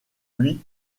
lui